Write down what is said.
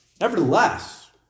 Nevertheless